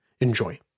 Enjoy